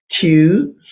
two